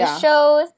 shows